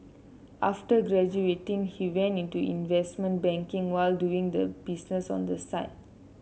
after graduating he went into investment banking while doing the business on the side